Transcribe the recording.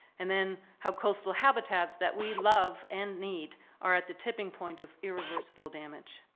and then how coastal habitats that we love and need are at the tipping point of irreversible damage.